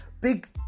big